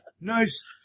Nice